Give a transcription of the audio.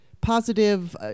positive